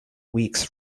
weeks